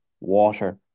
water